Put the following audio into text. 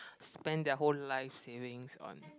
spend their whole life savings on